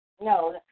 No